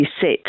set